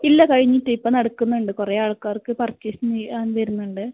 ഇല്ല കഴിഞ്ഞിട്ട് ഇപ്പം നടക്കുന്നുണ്ട് കുറേ ആൾക്കാർക്ക് പർച്ചേസ് ചെയ്യാൻ വരുന്നുണ്ട്